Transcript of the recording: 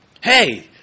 Hey